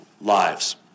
lives